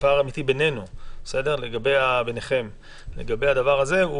פער אמיתי ביניכם לגבי הדבר הזה,